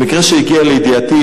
במקרה שהגיע לידיעתי,